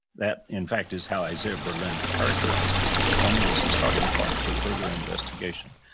that in fact is how isaiah berlin characterized it, only as a starting point for further investigation,